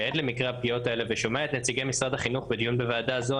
שעד למקרה הפגיעות האלה ושומע את נציגי משרד החינוך בדיון בוועדה זו,